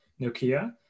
Nokia